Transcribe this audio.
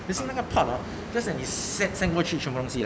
they say 那个 pot less than the set send 过去全部都东西